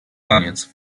koniec